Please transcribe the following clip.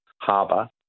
Harbour